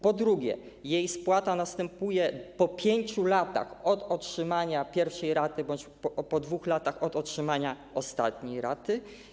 Po drugie, jej spłata następuje po 5 latach od otrzymania pierwszej raty bądź po 2 latach od otrzymania ostatniej raty.